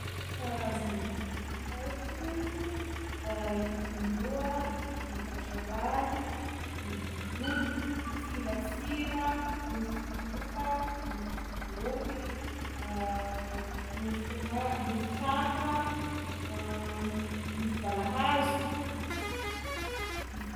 Karazany mofo haiko: kitrom-boa, makatraoaly, godrogodro, firafira, mofo bota, mofo bôly, mofo a- mofo traka, mofo balahazo, mof-.